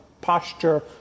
posture